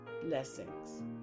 Blessings